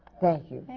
thank you.